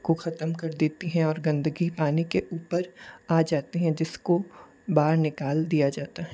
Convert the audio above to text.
को ख़त्म कर देती है और गंदगी पानी के ऊपर आ जाती हैं जिस को बाहर निकाल दिया जाता है